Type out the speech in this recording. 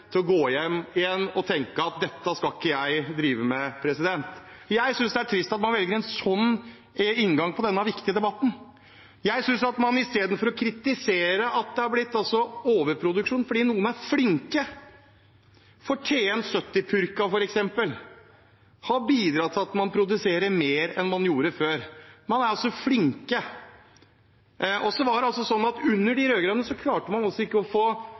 til å gå hjem og tenke at dette skal ikke jeg drive med. Jeg synes det er trist at man velger en sånn inngang til denne viktige debatten. Jeg synes ikke man skal kritisere at det har blitt overproduksjon fordi noen er flinke. TN70-purka har f.eks. bidratt til at man produserer mer enn man gjorde før. Man er altså flink. Under de rød-grønne klarte man ikke å få balanse når det gjaldt sau og lam. Da var det